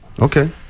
Okay